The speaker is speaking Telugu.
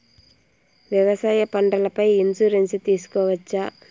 వ్యవసాయ పంటల పై ఇన్సూరెన్సు తీసుకోవచ్చా?